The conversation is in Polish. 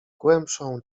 głębszą